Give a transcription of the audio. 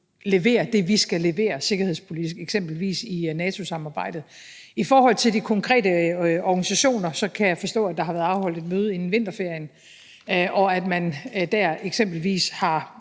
levere sikkerhedspolitisk, eksempelvis i NATO-samarbejdet. I forhold til de konkrete organisationer kan jeg forstå, at der har været afholdt et møde inden vinterferien, og at man der eksempelvis har